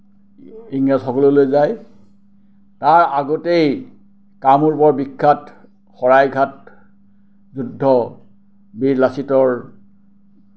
ইংৰাজসকলে লৈ যায় তাৰ আগতেই কামৰূপৰ বিখ্যাত শৰাইঘাট যুদ্ধ বীৰ লাচিতৰ